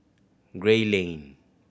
Gray Lane